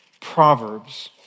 proverbs